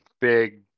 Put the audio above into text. big